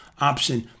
option